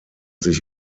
sich